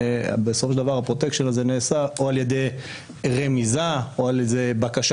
בסופו של דבר הפרוטקשן הזה נעשה או על ידי רמיזה או על ידי בקשה